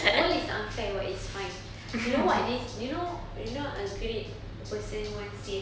the world is unfair but it's fine you know what they you know you know a great person once said